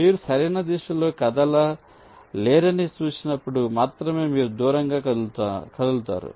మీరు సరైన దిశలో కదలలేరని చూసినప్పుడు మాత్రమే మీరు దూరంగా కదులుతారు